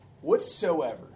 whatsoever